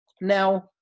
Now